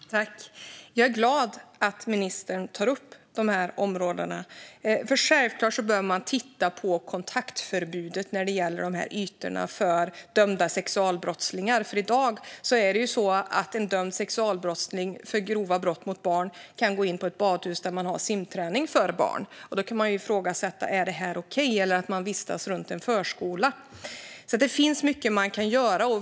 Herr ålderspresident! Jag är glad över att ministern tar upp dessa områden. Självklart behöver man titta på kontaktförbudet när det gäller ytorna för dömda sexualbrottslingar. I dag kan en person som dömts för grova sexualbrott mot barn kan gå in på ett badhus där man har simträning för barn. Man kan fråga sig om det här eller att personen exempelvis vistas vid en förskola är okej. Det finns alltså mycket som kan göras.